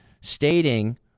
stating